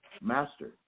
master